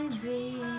dream